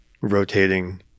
rotating